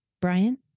Brian